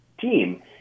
team